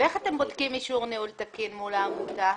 איך אתם בודקים אישור ניהול תקין מול העמותה?